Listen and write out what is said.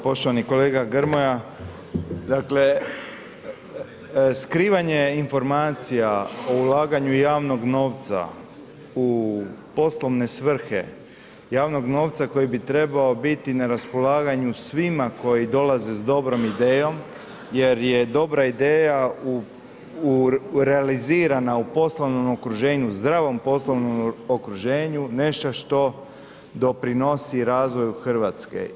Poštovani kolega Grmoja, dakle, skrivanje informacija o ulaganju javnog novca u poslovne svrhe, javnog novca koji bi trebao biti na raspolaganju svima koji dolaze s dobrom idejom jer je dobra ideja u realizirana u poslovnom okruženju, zdravom poslovnom okruženju, nešto što doprinosi razvoju RH.